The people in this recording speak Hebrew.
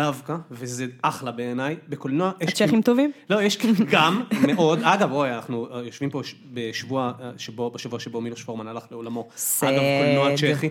דווקא, וזה אחלה בעיניי, בקולנוע יש ... יש צ׳כים טובים? לא, יש גם, מאוד. אגב, רואה, אנחנו יושבים פה בשבוע שבו מילו שפורמן הלך לעולמו. אגב, בקולנוע הצ'כי,